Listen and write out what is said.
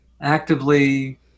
actively